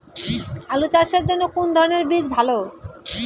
আলু চাষের জন্য কোন ধরণের বীজ ভালো?